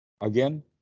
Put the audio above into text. Again